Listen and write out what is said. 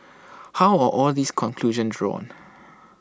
how are all these conclusions drawn